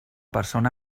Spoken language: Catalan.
persona